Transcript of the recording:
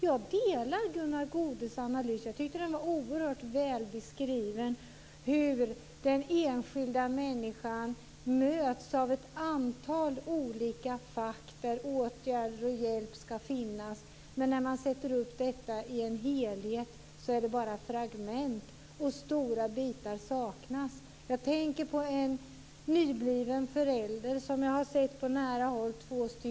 Jag delar Gunnar Goudes analys, som jag tycker oerhört väl beskriver hur den enskilda människan möts av ett antal olika fack där åtgärder och hjälp skall finnas. Men när man sätter upp detta i en helhet är det bara fragment. Stora bitar saknas. Jag tänker på två nyblivna föräldrar som jag på nära håll har sett.